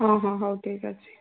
ହଁ ହଁ ହଉ ଠିକ୍ ଅଛି